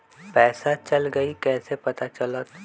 पैसा चल गयी कैसे पता चलत?